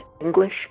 English